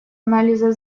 анализа